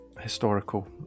historical